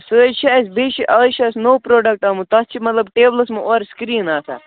سُہ حظ چھِ اَسہِ بیٚیہِ چھِ اَز چھُ اَسہِ نوٚو پرٛوڈَکٹہٕ آمُت تَتھ چھِ مطلب ٹیبلَس منٛز اورٕ سِکریٖن آسان